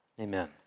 Amen